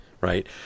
Right